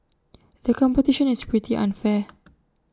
the competition is pretty unfair